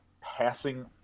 passing